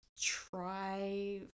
try